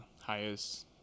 highest